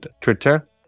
Twitter